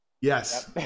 Yes